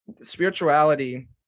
spirituality